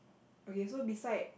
okay so beside